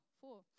four